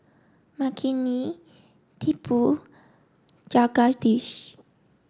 Makineni Tipu Jagadish